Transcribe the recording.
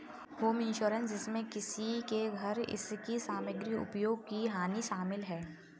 home insurance जिसमें किसी के घर इसकी सामग्री उपयोग की हानि शामिल है